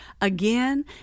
again